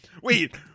Wait